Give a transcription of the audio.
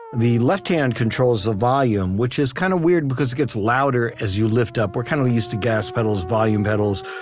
the left hand controls the volume, which is kind of weird because it gets louder as you lift up. we're kind of used to gas pedals, volume pedals.